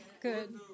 Good